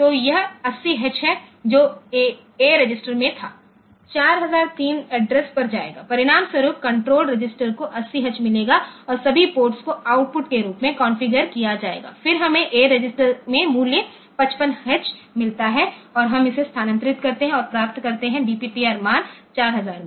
तो यह 80H जो A रजिस्टर में था 4003 एड्रेस पर जाएगा परिणामस्वरूप कण्ट्रोलरजिस्टर को 80 मिलेगा और सभी पोर्ट्स को आउटपुट के रूप में कॉन्फ़िगर किया जाएगा फिर हमें A रजिस्टर में मूल्य 55H मिलता है और हम इसे स्थानांतरित करते हैं और प्राप्त करते हैं DPTR मान 4000 में